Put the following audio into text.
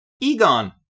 Egon